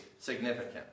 significant